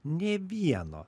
nė vieno